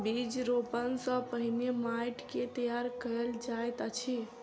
बीज रोपण सॅ पहिने माइट के तैयार कयल जाइत अछि